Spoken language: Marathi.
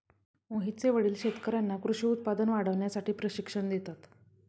मोहितचे वडील शेतकर्यांना कृषी उत्पादन वाढवण्यासाठी प्रशिक्षण देतात